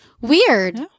Weird